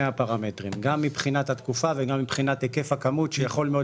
הפרמטרים גם מבחינת התקופה וגם מבחינת היקף הכמות שיכול מאוד